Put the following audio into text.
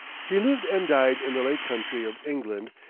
he lived and died in the lake country of england,